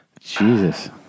Jesus